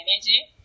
energy